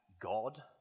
God